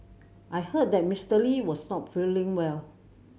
I heard that Mister Lee was not feeling well